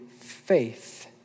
faith